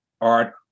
art